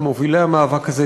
כמובילי מהמאבק הזה,